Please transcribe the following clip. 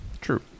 True